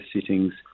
settings